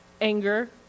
anger